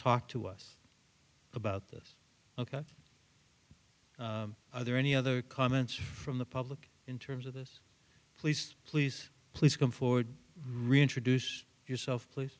talk to us about this ok are there any other comments from the public in terms of this please please please come forward reintroduce yourself